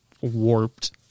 warped